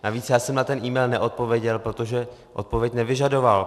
Navíc já jsem na tento email neodpověděl, protože odpověď nevyžadoval.